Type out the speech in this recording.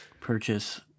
Purchase